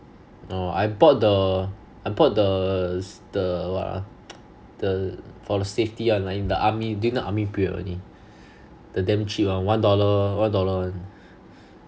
oh I bought the I bought the s~ the what ah the for the safety [one] like in the army during the army period only the damn cheap [one] one dollar one dollar [one]